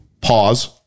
pause